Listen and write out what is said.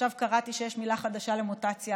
עכשיו קראתי שיש מילה חדשה למוטציה,